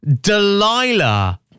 Delilah